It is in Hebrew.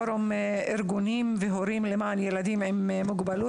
פורום ארגונים והורים למען ילדים עם מוגבלות,